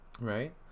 right